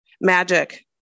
magic